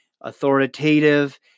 authoritative